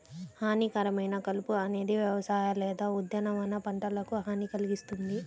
హానికరమైన కలుపు అనేది వ్యవసాయ లేదా ఉద్యానవన పంటలకు హాని కల్గిస్తుంది